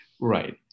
Right